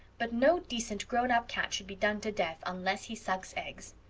but no decent, grown-up cat should be done to death unless he sucks eggs.